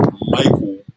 Michael